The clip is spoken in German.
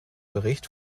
bericht